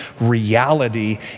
reality